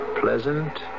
pleasant